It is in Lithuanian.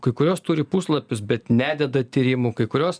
kai kurios turi puslapius bet nededa tyrimų kai kurios